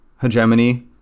hegemony